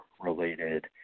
related